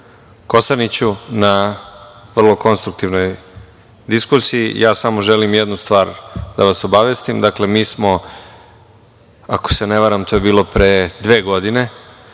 Kosaniću, na vrlo konstruktivnoj diskusiji. Ja samo želim jednu stvar da vas obavestim, mi smo ako se ne varam, to je bilo pre dve godine,